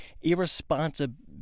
irresponsibility